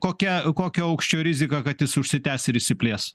kokia kokio aukščio rizika kad jis užsitęs ir išsiplės